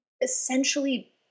essentially